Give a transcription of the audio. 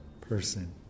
person